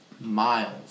miles